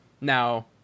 Now